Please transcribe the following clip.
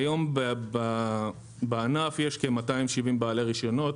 כיום בענף יש כ-270 בעלי רישיונות,